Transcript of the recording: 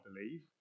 believe